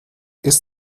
ist